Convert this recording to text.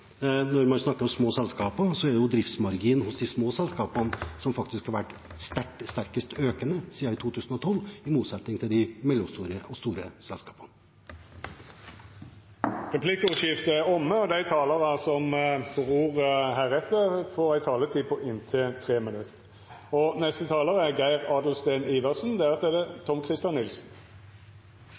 når man snakker om små selskaper, er det driftsmarginene hos de små selskapene som faktisk har vært sterkest økende siden 2012, i motsetning til de mellomstore og store selskapene. Replikkordskiftet er omme. Dei talarane som heretter får ordet, har ei taletid på inntil 3 minutt. Senterpartiet er opptatt av å beholde et mangfold av aktører i oppdrettsnæringen. Det